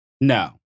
No